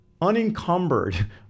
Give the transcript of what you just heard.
unencumbered